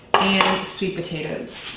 and sweet potatoes.